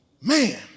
man